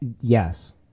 Yes